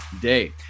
day